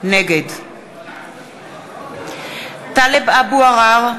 נגד טלב אבו עראר,